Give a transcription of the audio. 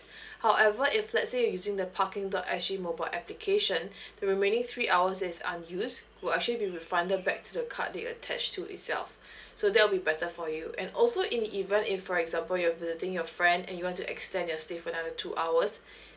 however if let's say you're using the parking dot S G mobile application the remaining three hours is unused will actually be refunded back to the card that you attached to itself so that will be better for you and also in the event if for example you're visiting your friend and you want to extend your stay for another two hours